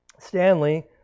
Stanley